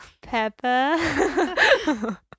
Peppa